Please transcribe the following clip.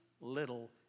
little